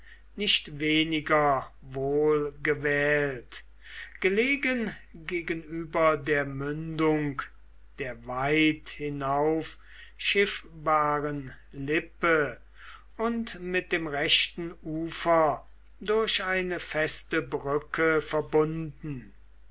nicht weniger wohl gewählt gelegen gegenüber der mündung der weit hinauf schiffbaren lippe und mit dem rechten ufer durch eine feste brücke verbunden